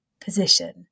position